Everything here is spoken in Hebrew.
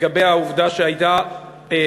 לגבי העובדה שההעמקה,